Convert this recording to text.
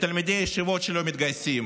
לתלמידי ישיבות שלא מתגייסים,